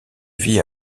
vie